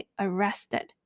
arrested